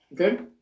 okay